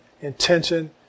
intention